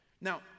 Now